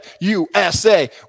USA